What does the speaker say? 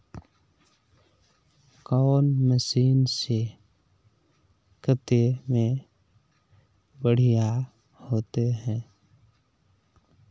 कौन मशीन से कते में बढ़िया होते है?